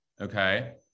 Okay